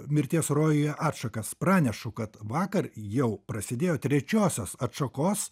mirties rojuje atšakas pranešu kad vakar jau prasidėjo trečiosios atšakos